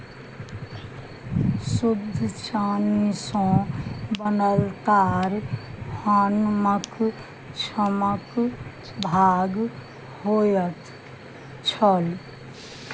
शुद्ध चानीसँ बनल तार हनमक छमक भाग होइत छल